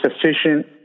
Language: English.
sufficient